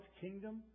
kingdom